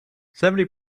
seventy